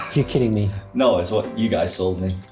you're kidding me! no, it's what you guys sold me!